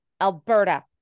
Alberta